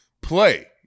play